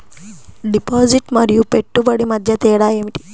Deposit మరియు పెట్టుబడి మధ్య తేడా ఏమిటి?